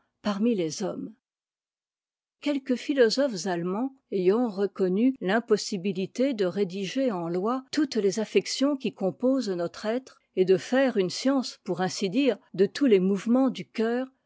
parmi les hommes quelques philosophes allemands ayant reconnu t'impossibitité de rédiger en lois toutes les affections qui composent notre être et de faire une science pour ainsi dire de tous les mouvements du cœur